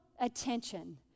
attention